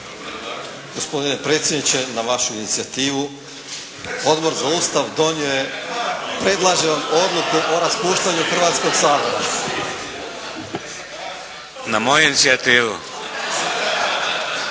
Gospodine predsjedniče, na vašu inicijativu Odbor za Ustav donio je, predlažemo odluku o raspuštanju Hrvatskog sabora. **Šeks, Vladimir